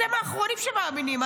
אתם האחרונים שמאמינים.